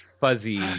fuzzy